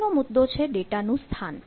પછીનો મુદ્દો છે ડેટા નું સ્થાન